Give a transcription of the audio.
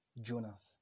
Jonas